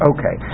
Okay